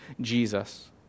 Jesus